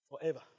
Forever